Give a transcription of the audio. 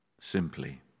Simply